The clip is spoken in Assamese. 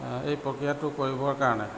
এই প্ৰক্ৰিয়াটো কৰিবৰ কাৰণে